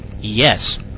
Yes